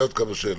14:00)